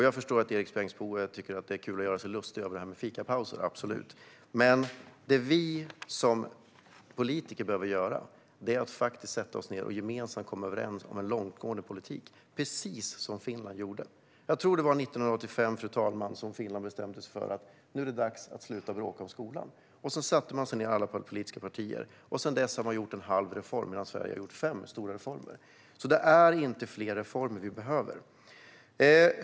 Jag förstår att Erik Bengtzboe tycker att det är kul att göra sig lustig över detta med fikapauser, absolut, men det vi som politiker behöver göra är att faktiskt sätta oss ned och gemensamt komma överens om en långsiktig politik - precis som Finland gjorde. Jag tror att det var 1985, fru talman, som Finland bestämde sig för att det var dags att sluta bråka om skolan. Alla politiska partier satte sig ned, och sedan dess har man genomfört en halv reform. Under samma tid har Sverige genomfört fem stora reformer. Det är inte fler reformer vi behöver.